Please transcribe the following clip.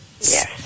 Yes